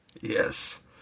yes